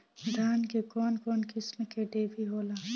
धान में कउन कउन किस्म के डिभी होला?